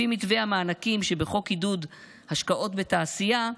לפי מתווה המענקים שבחוק עידוד ההשקעות בתעשייה,